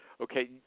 Okay